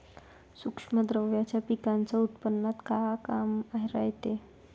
सूक्ष्म द्रव्याचं पिकाच्या उत्पन्नात का काम रायते?